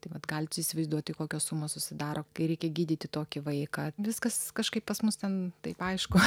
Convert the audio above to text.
tai vat galit įsivaizduoti kokios sumos susidaro kai reikia gydyti tokį vaiką viskas kažkaip pas mus ten taip aišku